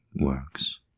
works